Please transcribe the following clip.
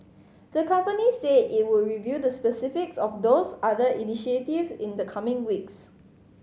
the company said it would reveal the specifics of those other initiatives in the coming weeks